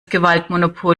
gewaltmonopol